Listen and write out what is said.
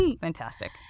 Fantastic